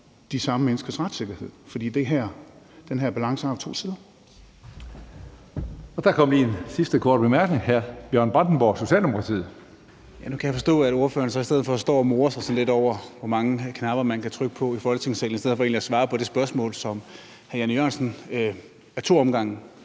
de samme menneskers retssikkerhed, for den her balance har to sider. Kl. 16:48 Tredje næstformand (Karsten Hønge): Der kom lige en sidste kort bemærkning. Hr. Bjørn Brandenborg, Socialdemokratiet. Kl. 16:48 Bjørn Brandenborg (S): Nu kan jeg forstå, at ordføreren så i stedet for står og morer sig sådan lidt over, hvor mange knapper man kan trykke på i Folketingssalen, i stedet for egentlig at svare på det spørgsmål, som hr. Jan E. Jørgensen ad to omgange